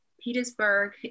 Petersburg